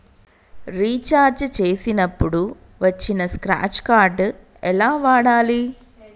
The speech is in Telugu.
రీఛార్జ్ చేసినప్పుడు వచ్చిన స్క్రాచ్ కార్డ్ ఎలా వాడాలి?